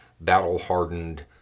battle-hardened